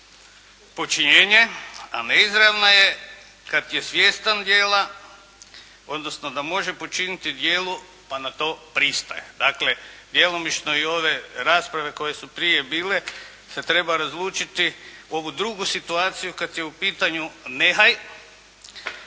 počinjenje, a neizravna je kada je svjestan djela, odnosno da može počiniti djelo pa na to pristaje. Dakle djelomično i ove rasprave koje su prije bile se treba razlučiti ovu drugu situaciju kada je u pitanju nehaj,